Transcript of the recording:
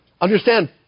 Understand